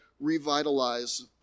revitalize